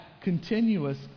continuous